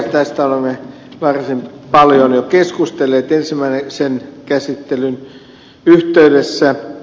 tästä olemme varsin paljon jo keskustelleet ensimmäisen käsittelyn yhteydessä